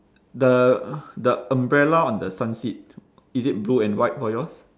the the umbrella on the sun seat is it blue and white for yours